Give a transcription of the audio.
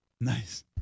Nice